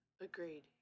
Agreed